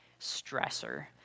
stressor